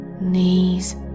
knees